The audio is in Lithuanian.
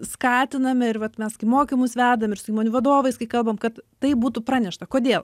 skatiname ir vat mes kai mokymus vedam ir su įmonių vadovais kai kalbam kad tai būtų pranešta kodėl